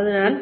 അതിനാൽ